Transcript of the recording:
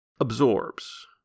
absorbs